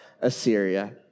Assyria